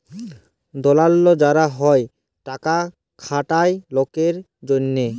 দালাল যারা হ্যয় টাকা খাটায় লকের জনহে